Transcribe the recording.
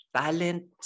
talent